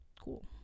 cool